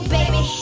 baby